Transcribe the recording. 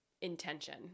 intention